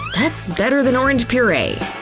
that's better than orange puree!